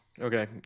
Okay